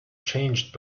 changed